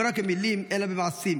לא רק במילים אלא במעשים.